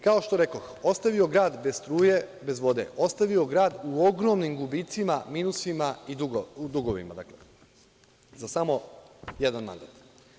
Kao što rekoh, ostavio grad bez struje, bez vode, ostavio grad u ogromnim gubicima, minusima i u dugovima za samo jedan mandat.